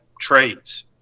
trades